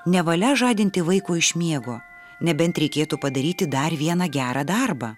nevalia žadinti vaiko iš miego nebent reikėtų padaryti dar vieną gerą darbą